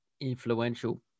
influential